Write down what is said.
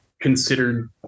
considered